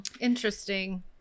Interesting